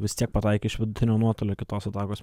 vis tiek pataikė iš vidutinio nuotolio kitos atakos